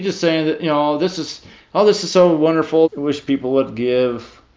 just saying that, you know, this is all this is so wonderful. i wish people would give,